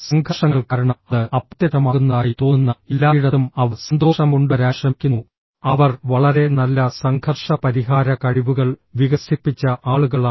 സംഘർഷങ്ങൾ കാരണം അത് അപ്രത്യക്ഷമാകുന്നതായി തോന്നുന്ന എല്ലായിടത്തും അവർ സന്തോഷം കൊണ്ടുവരാൻ ശ്രമിക്കുന്നു അവർ വളരെ നല്ല സംഘർഷ പരിഹാര കഴിവുകൾ വികസിപ്പിച്ച ആളുകളാണ്